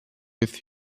with